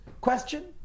question